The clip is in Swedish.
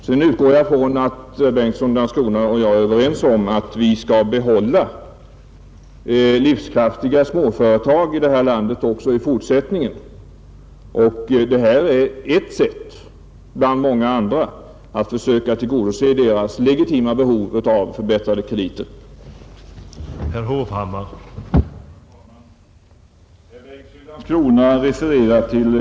Sedan utgår jag från att herr Bengtsson i Landskrona och jag är överens om att vi skall behålla livskraftiga småföretag här i landet också i fortsättningen. Det här är ett sätt bland många andra att försöka tillgodose deras legitima behov av förbättrade kreditmöjligheter.